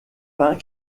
peint